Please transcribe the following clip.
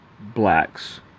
blacks